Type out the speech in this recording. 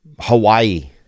Hawaii